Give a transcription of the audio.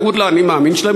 בניגוד ל"אני מאמין" שלהם,